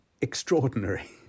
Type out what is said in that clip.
extraordinary